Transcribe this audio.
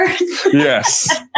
yes